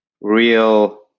real